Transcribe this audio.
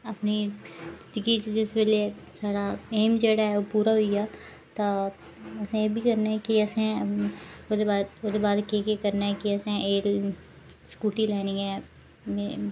अपनी जिद़गी च जिस बेल्ले एम जेह्ड़ा एह ओह् पूरा होई जा तां अस एह्बी करने आं जे असें ओह्दे बाद केह् करना ऐ असें स्कूटी लैनी ऐ